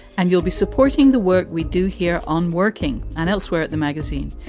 and you'll be supporting the work we do here on working and elsewhere at the magazine.